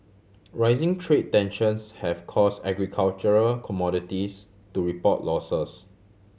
rising trade tensions have cause agricultural commodities to report losses